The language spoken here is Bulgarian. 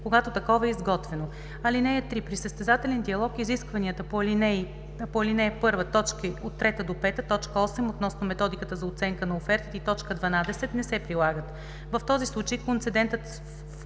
когато такова е изготвено. (3) При състезателен диалог изискванията по ал. 1, т. 3 – 5, т. 8 относно методиката за оценка на офертите и т. 12 не се прилагат. В този случай концедентът